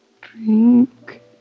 Drink